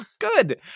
Good